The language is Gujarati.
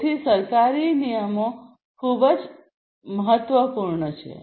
તેથી સરકારી નિયમો ખૂબ જ મહત્વપૂર્ણ છે